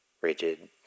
rigid